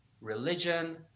religion